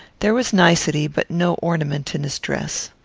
there was nicety but no ornament in his dress.